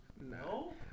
No